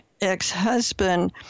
ex-husband